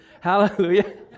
Hallelujah